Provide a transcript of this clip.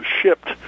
shipped